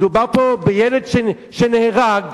מדובר פה בילד שנהרג,